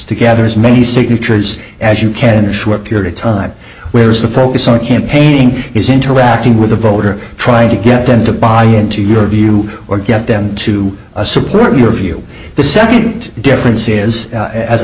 gather as many signatures as you can in a short period of time where's the focus or campaigning is interacting with the voter trying to get them to buy into your view or get them to support your view the second difference is as i